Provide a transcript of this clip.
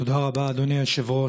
תודה רבה, אדוני היושב-ראש.